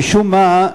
משום מה,